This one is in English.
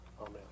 Amen